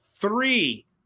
three